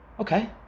Okay